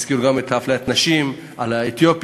הזכירו גם את אפליית הנשים, על האתיופים,